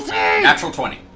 natural twenty.